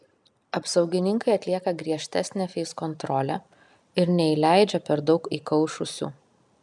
apsaugininkai atlieka griežtesnę feiskontrolę ir neįleidžia per daug įkaušusių